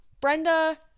Brenda